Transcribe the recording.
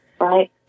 Right